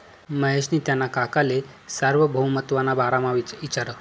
महेशनी त्याना काकाले सार्वभौमत्वना बारामा इचारं